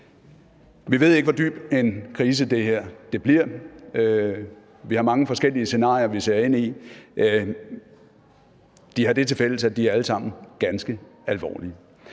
Vi ved ikke, hvor dyb en krise det her bliver. Vi har mange forskellige scenarier, vi ser ind i. De har det tilfælles, at de alle sammen er ganske alvorlige.